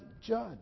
judge